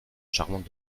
charmante